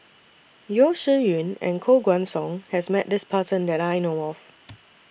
Yeo Shih Yun and Koh Guan Song has Met This Person that I know of